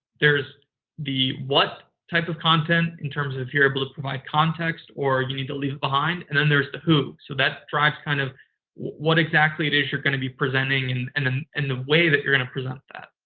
the what type of content in terms of you're able to provide context or you need to leave it behind, and then there's the who. so, that drives kind of what exactly it is you're going to be presenting and in and and and the way that you're going to present that.